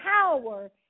power